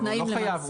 הוא לא חייב.